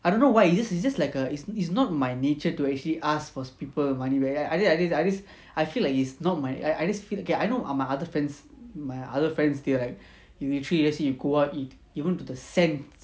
I don't know why it's just it's just like err is is not my nature to actually asked for people with money where I I I just I feel like it's not my I I just feel okay I know err my other friends my other friends they like if you treat you just eat you go out eat even to the cent